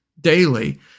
Daily